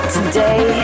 Today